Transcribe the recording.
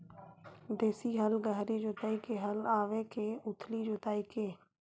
देशी हल गहरी जोताई के हल आवे के उथली जोताई के?